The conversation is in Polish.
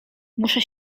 muszę